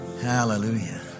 Hallelujah